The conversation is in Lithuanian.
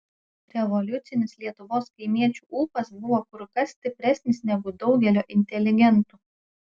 revoliucinis lietuvos kaimiečių ūpas buvo kur kas stipresnis negu daugelio inteligentų